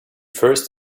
first